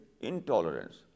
intolerance